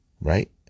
right